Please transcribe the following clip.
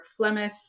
Flemeth